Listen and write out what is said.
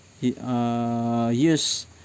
use